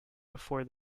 before